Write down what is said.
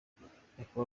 nyakubahwa